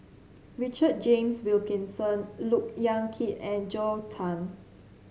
Richard James Wilkinson Look Yan Kit and Zhou Can